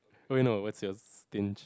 wait no what's your stinge